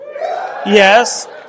Yes